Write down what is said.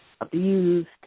abused